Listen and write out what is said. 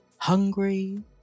Hungry